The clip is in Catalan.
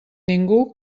ningú